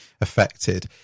affected